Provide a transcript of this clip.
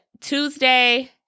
Tuesday